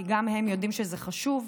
כי גם הם יודעים שזה חשוב.